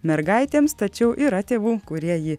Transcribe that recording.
mergaitėms tačiau yra tėvų kurie jį